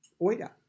oida